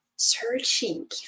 Searching